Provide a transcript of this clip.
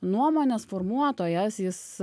nuomonės formuotojas jis